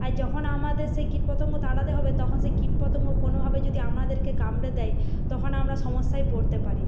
আর যখন আমাদের সেই কীট পতঙ্গ তাড়াতে হবে তখন সেই কীট পতঙ্গ কোনোভাবে যদি আমাদেরকে কামড়ে দেয় তখন আমরা সমস্যায় পড়তে পারি